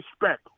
respect